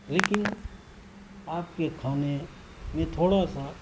لیکن آپ کے کھانے میں تھوڑا سا